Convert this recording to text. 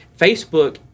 Facebook